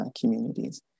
communities